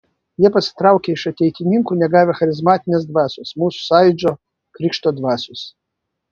jie pasitraukė iš ateitininkų negavę charizmatinės dvasios mūsų sąjūdžio krikšto dvasios